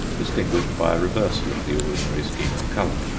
distinguished by a reversal of the ordinary scheme of colour.